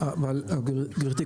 אבל גברתי,